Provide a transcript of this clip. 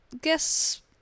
guess